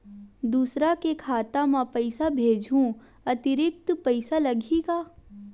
दूसरा के खाता म पईसा भेजहूँ अतिरिक्त पईसा लगही का?